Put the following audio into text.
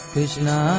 Krishna